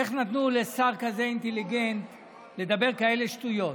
איך נתנו לשר כזה אינטליגנטי לדבר כאלה שטויות.